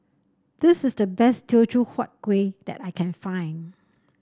this is the best Teochew Huat Kueh that I can find